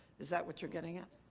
is that what you're getting at?